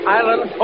Island